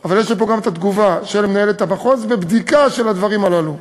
אבל יש לי פה גם תגובה של מנהלת המחוז ובדיקה של הדברים הללו.